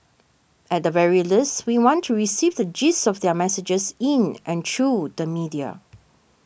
at the very least we want to receive the gist of their messages in and through the media